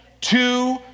two